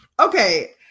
Okay